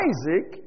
Isaac